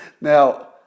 Now